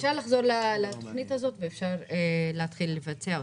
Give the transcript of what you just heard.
אפשר לחזור לתוכנית הזאת ואפשר לבצע אותה.